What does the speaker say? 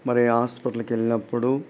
మరి హాస్పిటల్కు వెళ్ళినప్పుడు